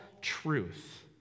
truth